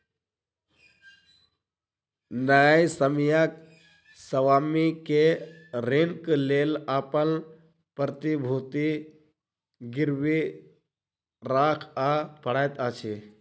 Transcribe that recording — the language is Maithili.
न्यायसम्यक स्वामी के ऋणक लेल अपन प्रतिभूति गिरवी राखअ पड़ैत अछि